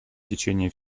течение